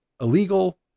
illegal